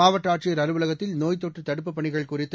மாவட்ட ஆட்சியர் அலுவலகத்தில் நோய்த்தொற்று தடுப்புப் பணிகள் குறித்து